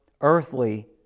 earthly